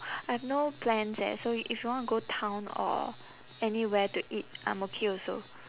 I have no plans eh so if you want to go town or anywhere to eat I'm okay also